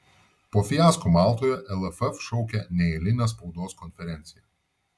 po fiasko maltoje lff šaukia neeilinę spaudos konferenciją